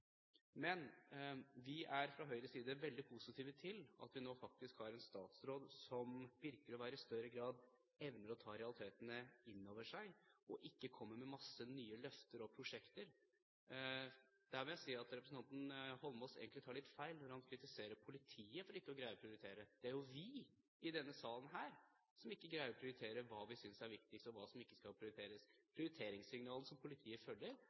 Men vi er fra Høyres side veldig positive til at vi nå faktisk har en statsråd som virker i større grad å evne å ta realitetene inn over seg, og ikke kommer med masse nye løfter og prosjekter. Jeg må si at representanten Holmås egentlig tar litt feil når han kritiserer politiet for ikke å greie å prioritere. Det er jo vi i denne salen her som ikke greier å prioritere hva vi synes er viktigst, og hva som ikke skal prioriteres. Prioriteringssignalene som politiet følger,